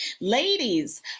Ladies